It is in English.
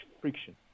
friction